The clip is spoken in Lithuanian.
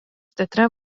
teatre